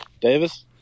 Davis